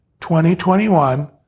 2021